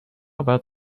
about